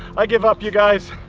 i give up you guys!